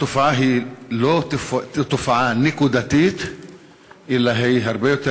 התופעה היא לא תופעה נקודתית אלא הרבה יותר